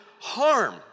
harm